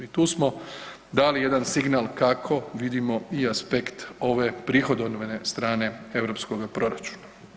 I tu smo dali jedan signal kako vidimo i aspekt ove prihodovne strane europskoga proračuna.